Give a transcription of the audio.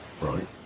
Right